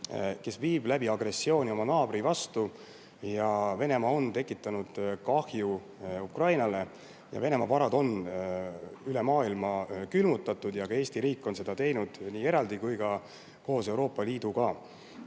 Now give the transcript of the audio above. kes viib läbi agressiooni oma naabri vastu, ja Venemaa on tekitanud kahju Ukrainale. Venemaa varad üle maailma on külmutatud. Ka Eesti riik on seda teinud nii eraldi kui ka koos Euroopa Liiduga.